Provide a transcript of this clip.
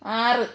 ആറ്